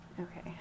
okay